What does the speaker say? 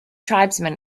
tribesmen